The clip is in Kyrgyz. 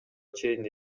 чейин